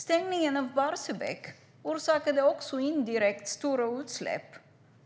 Stängningen av Barsebäck orsakade också indirekt stora utsläpp.